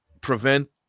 prevent